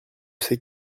ses